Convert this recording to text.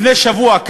לפני שבוע,